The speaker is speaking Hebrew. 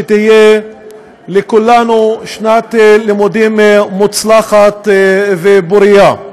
שתהיה לכולנו שנת לימודים מוצלחת ופורייה.